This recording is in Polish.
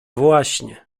właśnie